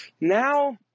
Now